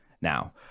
Now